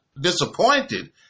disappointed